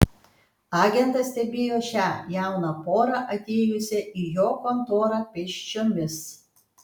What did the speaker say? agentas stebėjo šią jauną porą atėjusią į jo kontorą pėsčiomis